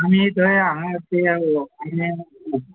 आमी थंय हांगा ते पिल्यान